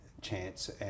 chance